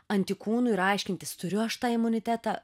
antikūnų ir aiškintis turiu aš tą imunitetą